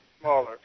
smaller